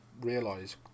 realize